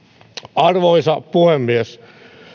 arvoisa puhemies